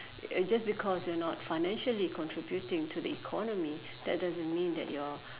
it just because you are not financially contributing to the economy that doesn't mean that you're